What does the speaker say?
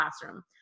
classroom